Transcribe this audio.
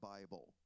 Bible